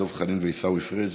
דב חנין ועיסאווי פריג'.